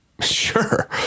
sure